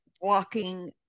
walking